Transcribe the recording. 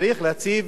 צריך להציב